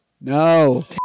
No